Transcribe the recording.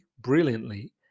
brilliantly